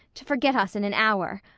to forget us in an hour.